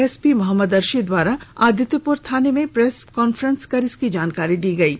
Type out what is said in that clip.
SP Mohammad Arshi द्वारा आदित्यपुर थाना में प्रेस कॉन्फ्रेंस कर इसकी जानकारी दी गई है